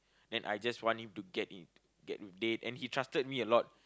and I just want him to get in get a date and he trusted me a lot